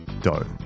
dough